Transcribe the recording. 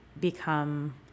become